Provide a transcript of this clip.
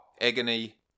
Agony